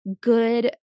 good